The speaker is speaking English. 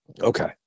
Okay